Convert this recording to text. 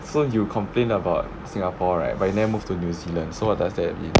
so you complain about singapore right but you never move to new zealand so what does that mean